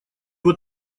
вот